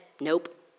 nope